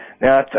Now